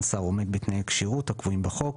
שר עומד בתנאי כשירות הקבועים בחוק.